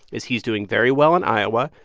is he's doing very well in iowa.